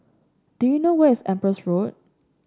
do you know where is Empress Road